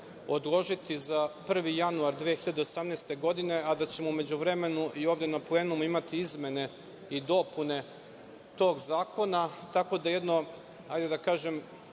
odložiti za 1. januar 2018. godine, a da ćemo u međuvremenu i ovde na plenumu imati izmene i dopune tog zakona, tako da, još jednom